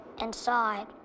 inside